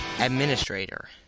administrator